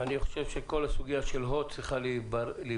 אני חושב שכל הסוגיה של הוט צריכה להיבדק